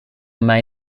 may